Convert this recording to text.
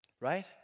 Right